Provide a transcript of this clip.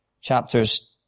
chapters